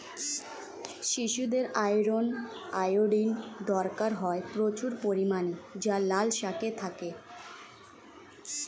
শিশুদের iron, iodine দরকার হয় প্রচুর পরিমাণে যা লাল শাকে থাকে